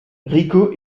rico